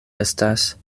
estas